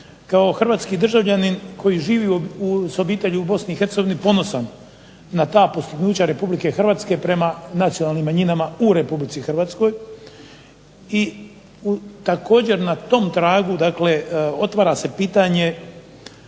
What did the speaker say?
hrvatski državljanin koji živi s obitelji u Bosni i Hercegovini ponosan na ta postignuća Republike Hrvatske prema nacionalnim manjinama u Republici Hrvatskoj. I također na tom tragu, dakle otvara se pitanje